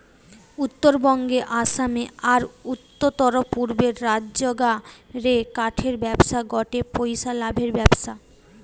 উত্তরবঙ্গে, আসামে, আর উততরপূর্বের রাজ্যগা রে কাঠের ব্যবসা গটে পইসা লাভের ব্যবসা